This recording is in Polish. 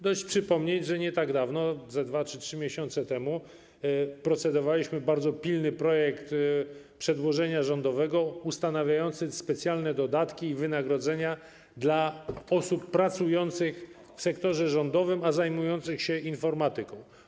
Dość przypomnieć, że nie tak dawno, ze 2 czy 3 miesiące temu, procedowaliśmy nad bardzo pilnym projektem przedłożenia rządowego ustanawiającym specjalne dodatki i wynagrodzenia dla osób pracujących w sektorze rządowym, a zajmujących się informatyką.